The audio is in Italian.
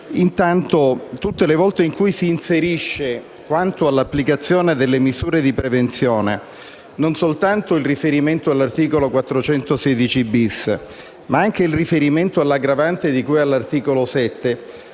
Intanto tutte le volte che si inserisce, quanto all'applicazione delle misure di prevenzione, non soltanto il riferimento all'articolo 416-*bis*, ma anche il riferimento all'aggravante di cui all'articolo 7